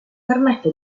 permette